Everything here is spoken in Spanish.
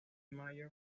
mayer